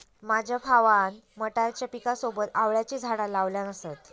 माझ्या भावान मटारच्या पिकासोबत आवळ्याची झाडा लावल्यान असत